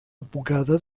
advocada